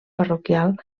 parroquial